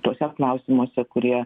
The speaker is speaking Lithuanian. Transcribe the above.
tuose klausimuose kurie